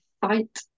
fight